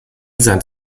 sein